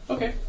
Okay